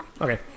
Okay